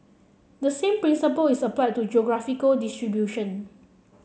the same principle is applied to geographical distribution